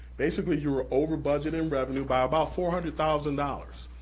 basically you were over budget in revenue by about four hundred thousand dollars